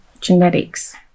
genetics